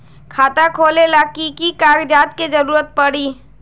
खाता खोले ला कि कि कागजात के जरूरत परी?